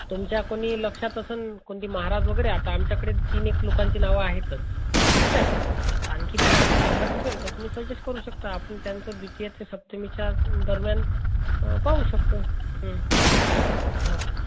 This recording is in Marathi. तुमच्या कोणी लक्षात असेन कोणते महाराज वगैरे आता आमच्याकडे तीन एक लोकांची नावं आहेतच ठीक आहे तर आणखी तुमच्याकडे लक्षात असेल तर तुम्ही सजेस्ट करू शकता आपण त्यांचं द्वितीया ते सप्तमीच्या दरम्यान पाहू शकतो हां